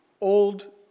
old